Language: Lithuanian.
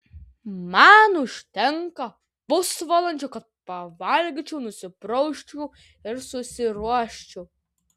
man užtenka pusvalandžio kad pavalgyčiau nusiprausčiau ir susiruoščiau